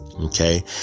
Okay